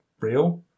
real